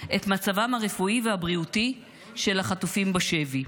את מצבם הרפואי והבריאותי של החטופים בשבי.